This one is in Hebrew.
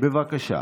בבקשה.